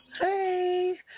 Hey